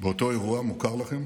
באותו אירוע המוכר לכם